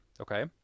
okay